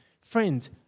Friends